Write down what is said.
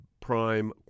prime